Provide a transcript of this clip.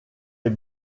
est